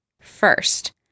First